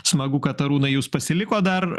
smagu kad arūnai jūs pasilikot dar